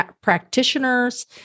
practitioners